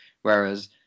Whereas